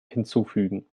hinzufügen